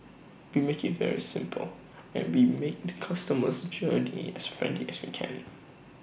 we make IT very simple and we make the customer's journey as friendly as we can